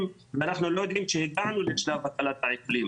אם אנחנו לא יודעים שהגענו לשלב העיקולים.